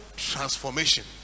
Transformation